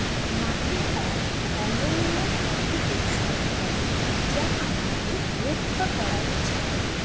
মাটি এক অনন্য প্রাকৃতিক সম্পদ যা আমাদের রক্ষা করা উচিত